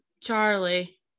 Charlie